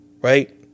Right